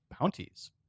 Bounties